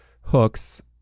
hooks